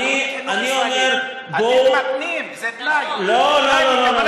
אתם מתנים, זה תנאי, לא, לא.